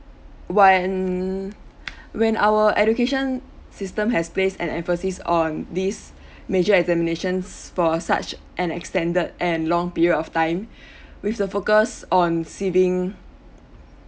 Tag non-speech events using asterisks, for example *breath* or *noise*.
when *breath* when our education system has placed an emphasis on this *breath* major examinations for such an extended and long period of time *breath* with the focus on sieving